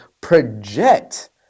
project